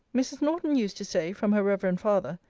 mrs. norton used to say, from her reverend father,